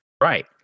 Right